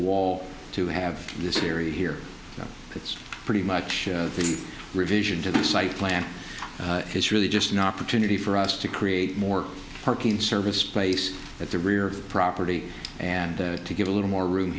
wall to have this theory here it's pretty much the revision to the site plan is really just an opportunity for us to create more parking service space at the rear property and to give a little more room